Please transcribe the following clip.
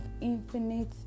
infinite